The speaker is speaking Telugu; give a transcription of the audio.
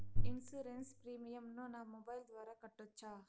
ఇన్సూరెన్సు ప్రీమియం ను నా మొబైల్ ద్వారా కట్టొచ్చా?